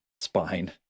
spine